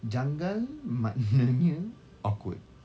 janggal maknanya awkward